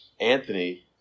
Anthony